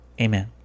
Amen